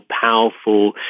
powerful